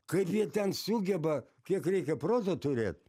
kaip jie ten sugeba kiek reikia proto turėt